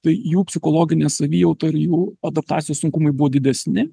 tai jų psichologinė savijauta ir jų adaptacijos sunkumai buvo didesni